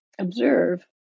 observe